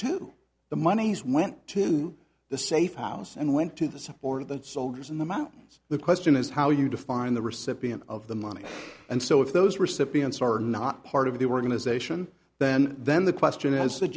to the monies went to the safe house and went to the support of the soldiers in the mountains the question is how you define the recipient of the money and so if those recipients are not part of the organization then then the question as